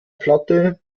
platte